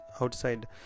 outside